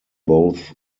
both